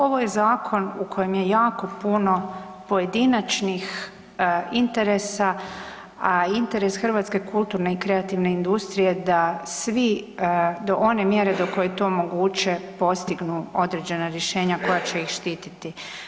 Ovo je zakon u kojem je jako puno pojedinačnih interesa, a interes hrvatske kulturne i kreativne industrije da svi, do one mjere do koje je to moguće, postignu određena rješenja koja će ih štititi.